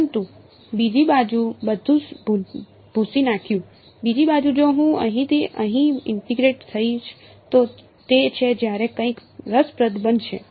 પરંતુ બીજી બાજુ બધું ભૂંસી નાખ્યું બીજી બાજુ જો હું અહીંથી અહીં ઇન્ટીગ્રેટ થઈશ તો તે છે જ્યારે કંઈક રસપ્રદ બનશે